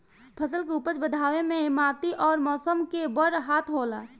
फसल के उपज बढ़ावे मे माटी अउर मौसम के बड़ हाथ होला